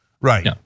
Right